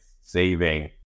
Saving